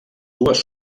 dues